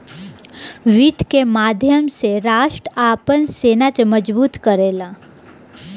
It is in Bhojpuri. वित्त के माध्यम से राष्ट्र आपन सेना के मजबूत करेला